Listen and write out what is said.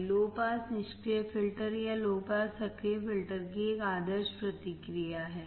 यह low pass निष्क्रिय filter या लो पास सक्रिय फिल्टर की एक आदर्श प्रतिक्रिया है